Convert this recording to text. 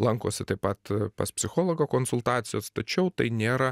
lankosi taip pat pas psichologą konsultacijos tačiau tai nėra